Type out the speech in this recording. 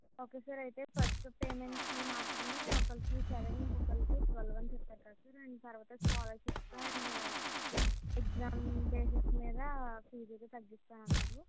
okay sir అయితే first పేమెంట్కి మాత్రమే ఒక్కరికి సెవెన్ ఇంకొకరికి ట్వల్వ్ అని చెప్పారు కదా సార్ అండ్ తరువాత స్కాలర్షిప్స్ అండ్ ఎగ్జామ్ బేసిస్ మీద ఫీజ్ అయితే తగ్గిస్తానన్నారు